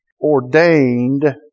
ordained